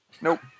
Nope